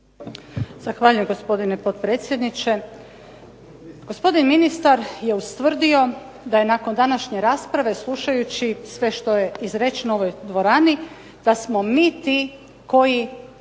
Zahvaljujem gospodine potpredsjedniče. Gospodin ministar je ustvrdio da je nakon današnje rasprave slušajući sve što je izrečeno u ovoj dvorani, da smo mi ti koji